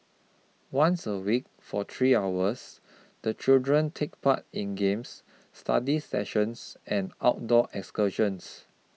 once a week for three hours the children take part in games study sessions and outdoor excursions